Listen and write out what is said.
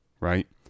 right